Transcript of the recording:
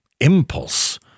impulse